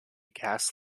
gas